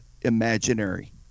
imaginary